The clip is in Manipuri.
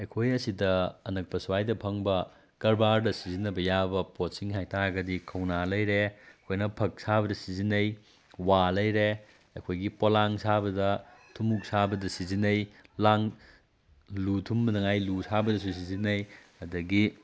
ꯑꯩꯈꯣꯏꯅ ꯁꯤꯗ ꯑꯅꯛꯄ ꯁ꯭ꯋꯥꯏꯗ ꯐꯪꯕ ꯀꯔꯕꯥꯔꯗ ꯁꯤꯖꯟꯅꯕ ꯌꯥꯕ ꯄꯣꯠꯁꯤꯡ ꯍꯥꯏꯇꯥꯔꯒꯗꯤ ꯀꯧꯅꯥ ꯂꯩꯔꯦ ꯑꯩꯈꯣꯏꯅ ꯐꯛ ꯁꯥꯕꯗ ꯁꯤꯖꯤꯟꯅꯩ ꯋꯥ ꯂꯩꯔꯦ ꯑꯩꯈꯣꯏꯒꯤ ꯄꯣꯂꯥꯡ ꯁꯥꯕꯗ ꯊꯨꯃꯣꯛ ꯁꯥꯕꯗ ꯁꯤꯖꯤꯟꯅꯩ ꯂꯥꯡ ꯂꯨ ꯊꯨꯝꯅꯅꯉꯥꯏ ꯂꯨ ꯁꯥꯕꯗꯁꯨ ꯁꯤꯖꯤꯟꯅꯩ ꯑꯗꯒꯤ